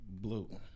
Blue